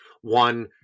One